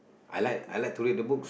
I like I like to read the book